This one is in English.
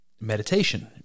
meditation